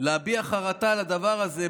להביע חרטה על הדבר הזה,